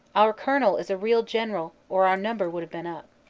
our colonel is a real general or our number would have been up.